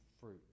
fruit